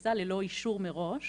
הטיסה ללא אישור מראש,